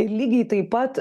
ir lygiai taip pat